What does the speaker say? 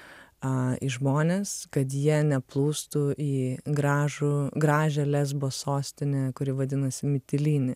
a į žmones kad jie neplūstų į gražų gražią lesbo sostinę kuri vadinasi mitilini